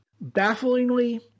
bafflingly